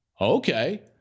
Okay